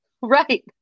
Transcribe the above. Right